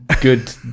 good